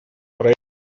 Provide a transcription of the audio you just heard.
проект